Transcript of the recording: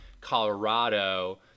Colorado